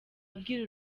abwira